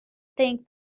think